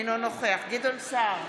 אינו נוכח גדעון סער,